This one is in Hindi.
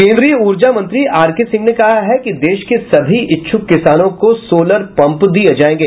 केन्द्रीय ऊर्जा मंत्री आरके सिंह ने कहा है कि देश के सभी इच्छुक किसानों को सोलर पम्प दिये जायेंगे